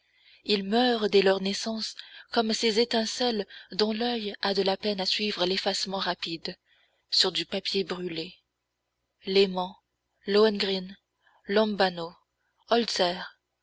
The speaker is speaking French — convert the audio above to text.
ils meurent dès leur naissance comme ces étincelles dont l'oeil a de la peine à suivre l'effacement rapide sur du papier brûlé léman lohengrin lombano holzer